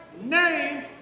name